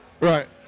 Right